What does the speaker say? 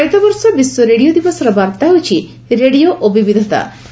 ଚଳିତବର୍ଷ ବିଶ୍ୱ ରେଡ଼ିଓ ଦିବସର ବାର୍ତ୍ତା ହେଉଛି 'ରେଡିଓ ଓ ବିବିଧତା'